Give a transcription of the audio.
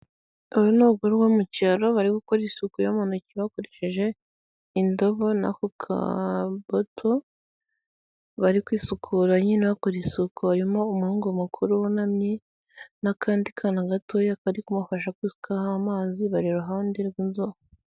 Aba ni abagore bo mu cyaro bari gukora isuku yo mu ntoki bakoresheje indobo, n'ako ka boto, bari kwisukura nyine bakora isuku, harimo umuhungu mukuru wunamye, n'akandi kana gatoya kari kumufasha kwisukaho amazi, bari iruhande rw'inzu.